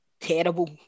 terrible